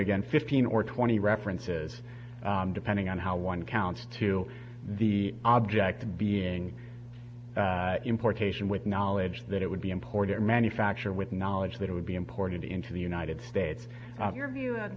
again fifteen or twenty references depending on how one counts to the object being importation with knowledge that it would be important manufacture with knowledge that would be imported into the united states your view